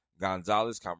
Gonzalez